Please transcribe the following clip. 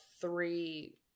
three